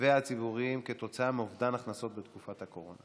וציבוריים כתוצאה מאובדן הכנסות בתקופת הקורונה,